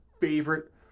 favorite